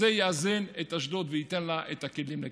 יאזן את אשדוד וייתן לה את הכלים לכך.